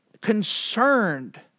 concerned